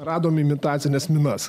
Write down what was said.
radome imitacines minas